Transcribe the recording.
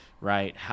right